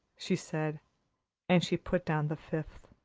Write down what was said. she said and she put down the fifth.